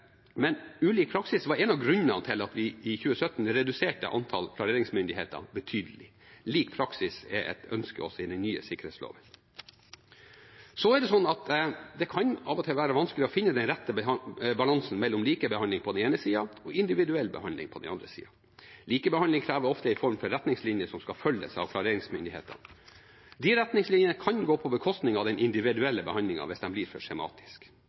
Ulik praksis var en av grunnene til at vi i 2017 reduserte antallet klareringsmyndigheter betydelig. Lik praksis er et ønske også i forbindelse med den nye sikkerhetsloven. Det kan av og til være vanskelig å finne den rette balansen mellom likebehandling på den ene siden og individuell behandling på den andre siden. Likebehandling krever ofte en form for retningslinje som skal følges av klareringsmyndighetene. De retningslinjene kan gå på bekostning av den individuelle behandlingen hvis de blir for